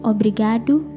Obrigado